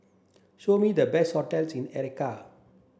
show me the best hotels in Accra